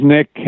Nick